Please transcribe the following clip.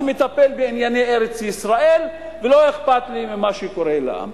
אני מטפל בענייני ארץ-ישראל ולא אכפת לי ממה שקורה לעם.